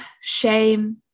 shame